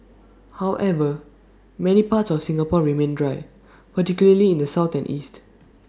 however many parts of Singapore remain dry particularly in the south and east